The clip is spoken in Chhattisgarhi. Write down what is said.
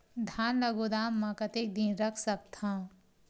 धान ल गोदाम म कतेक दिन रख सकथव?